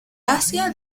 asia